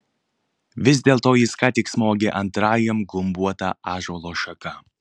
vis dėlto jis ką tik smogė antrajam gumbuota ąžuolo šaka